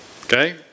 Okay